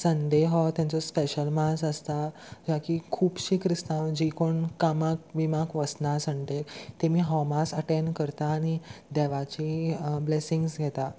Sunday हो तेंचो special mass आसता जी खुबशी क्रिस्तांव जी कोण कामाक विमाक वचना संडेक तेमी हो मातस अटेंड करता आनी देवाची ब्लेसींग्स घेता